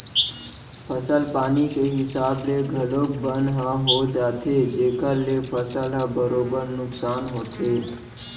फसल पानी के हिसाब ले घलौक बन ह हो जाथे जेकर ले फसल ह बरोबर नुकसान होथे